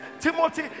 Timothy